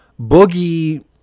Boogie